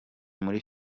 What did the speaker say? muri